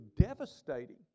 devastating